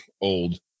old